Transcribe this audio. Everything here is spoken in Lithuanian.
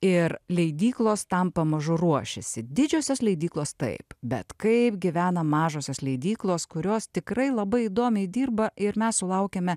ir leidyklos tam pamažu ruošiasi didžiosios leidyklos taip bet kaip gyvena mažosios leidyklos kurios tikrai labai įdomiai dirba ir mes sulaukiame